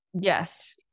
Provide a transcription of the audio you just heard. Yes